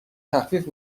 تخفیف